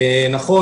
נכון,